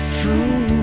true